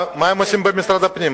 מה הם עושים במשרד הפנים?